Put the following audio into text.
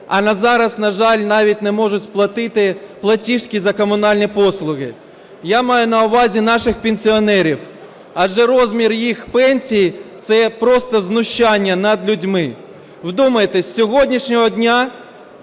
на зараз, на жаль, навіть не можуть сплатити платіжки за комунальні послуги. Я маю на увазі наших пенсіонерів. Адже розмір їх пенсій – це просто знущання над людьми. Вдумайтесь, з сьогоднішнього дня